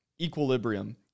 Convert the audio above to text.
equilibrium